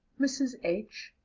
mrs. h.